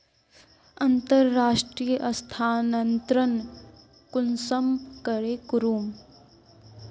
अंतर्राष्टीय स्थानंतरण कुंसम करे करूम?